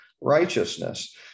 righteousness